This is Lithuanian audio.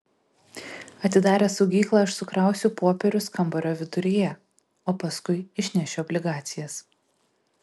atidaręs saugyklą aš sukrausiu popierius kambario viduryje o paskui išnešiu obligacijas